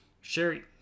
Sherry